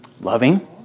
Loving